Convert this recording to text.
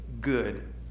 good